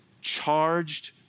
charged